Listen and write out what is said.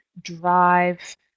drive